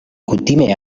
kutime